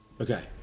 Okay